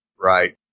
Right